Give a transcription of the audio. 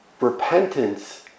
repentance